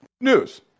News